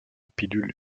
pilule